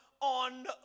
on